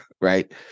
right